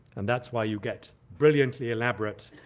and that's why you get brilliantly elaborate,